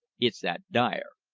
it's that dyer.